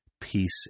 peace